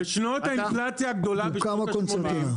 בשנות האינפלציה הגדולה בשנות ה-80',